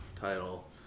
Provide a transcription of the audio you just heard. title